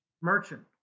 merchant